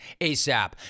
ASAP